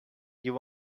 you